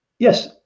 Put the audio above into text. Yes